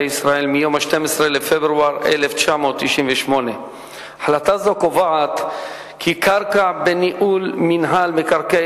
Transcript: ישראל מיום 12 בפברואר 1998. החלטה זו קובעת כי קרקע בניהול מינהל מקרקעי